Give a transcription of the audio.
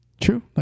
True